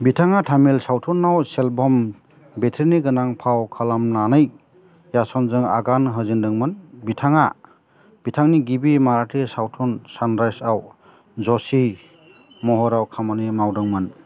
बिथाङा तामिल सावथुनाव सेल्वम वेट्रीनि गोनां फाव खालामनानै याचनजों आगान होजेनदोंमोन बिथाङा बिथांनि गिबि माराठी सावथुन सानराइजआव जशीनि महराव खामानि मावदोंमोन